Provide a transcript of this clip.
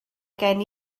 gen